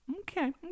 Okay